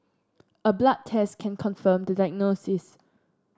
a blood test can confirm the diagnosis